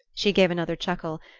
she gave another chuckle,